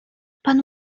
pan